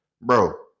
bro